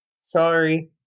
Sorry